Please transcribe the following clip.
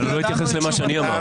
הוא לא התייחס למה שאני אמרתי.